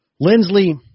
lindsley